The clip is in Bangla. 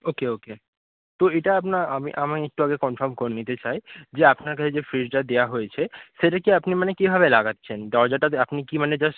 ওকে ওকে তো এইটা আপনার আমি আমি একটু আগে কনফার্ম করে নিতে চাই যে আপনার কাছে যে ফ্রিজটা দেওয়া হয়েছে সেটা কি আপনি মানে কীভাবে লাগাচ্ছেন দরজাটা আপনি কি মানে জাস্ট